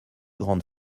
grande